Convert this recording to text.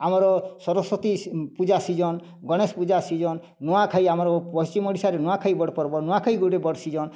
ଆମର Saraswati Puja season Ganesh Puja season Nuakhai ଆମର ପଶ୍ଚିମ ଓଡ଼଼ିଶାରେ ନୂଆଖାଇ ବଡ଼ ପର୍ବ ନୂଆଖାଇ ଗୋଟେ ବଡ଼ ସିଜନ୍